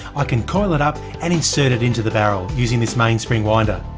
i can coil it up and insert it into the barrel, using this mainspring winder.